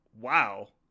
wow